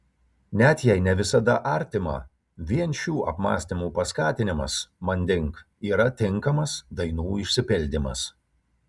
net jei ne visada artima vien šių apmąstymų paskatinimas manding yra tinkamas dainų išsipildymas